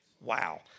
Wow